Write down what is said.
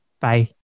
Bye